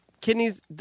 kidneys